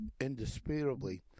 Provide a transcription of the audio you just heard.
indisputably